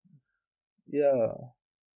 ya